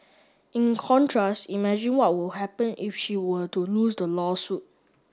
in contrast imagine what would happen if she were to lose the lawsuit